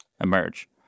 emerge